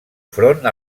front